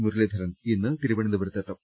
മുരളീ ധരൻ ഇന്ന് തിരുവനന്തപുരത്തെത്തും